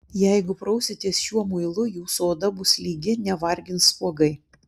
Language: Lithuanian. jeigu prausitės šiuo muilu jūsų oda bus lygi nevargins spuogai